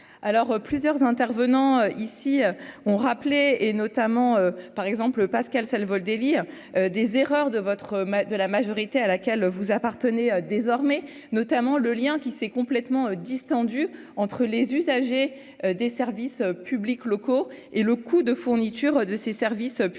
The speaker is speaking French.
plusieurs intervenants ici ont rappelé et notamment par exemple Pascal Salvodelli des erreurs de votre, de la majorité à laquelle vous appartenez désormais notamment le lien qui s'est complètement distendue entre les usagers des services publics locaux et le coup de fourniture de ces services publics locaux